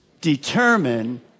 determine